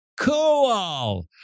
cool